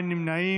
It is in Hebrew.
אין נמנעים.